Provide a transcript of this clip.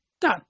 done